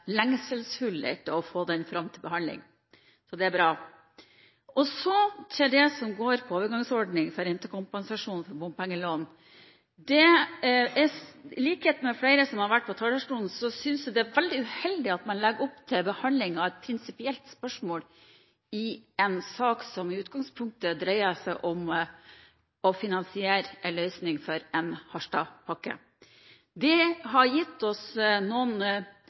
som vil få bedre løsninger når dette er på plass. Det er veldig bra. Jeg er veldig glad for at den kommer. Jeg vet at både Harstad og Troms fylkeskommune har etterspurt den og lengselsfullt ventet på at den kommer til behandling, så det er bra. Så til det som går på overgangsordning for rentekompensasjonsordning for bompengelån. I likhet med flere som har vært på talerstolen, synes jeg det er veldig uheldig at man legger opp til behandling av et prinsipielt spørsmål